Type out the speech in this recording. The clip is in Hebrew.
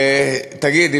תגיד,